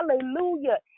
hallelujah